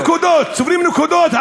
אתם צוברים נקודות.